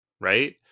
right